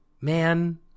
Man